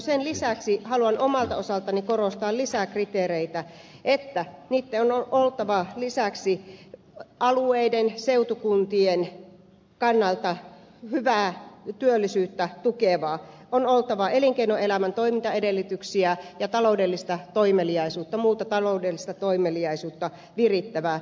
sen lisäksi haluan omalta osaltani korostaa lisäkriteereitä että niitten on lisäksi oltava alueiden seutukuntien kannalta hyvää työllisyyttä tukevia sekä elinkeinoelämän toimintaedellytyksiä ja taloudellista toimeliaisuutta ja muuta taloudellista toimeliaisuutta virittäviä